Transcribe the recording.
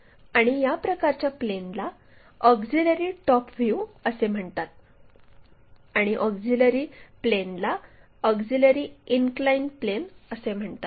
आणि या प्रकारच्या प्लेनला ऑक्झिलिअरी टॉप व्ह्यू असे म्हणतात आणि ऑक्झिलिअरी प्लेनला ऑक्झिलिअरी इनक्लाइन प्लेन असे म्हणतात